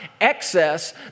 excess